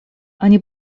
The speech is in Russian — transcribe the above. они